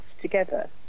together